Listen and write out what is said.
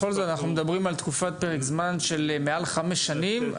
אנחנו מדברים על תקופה של חמש שנים.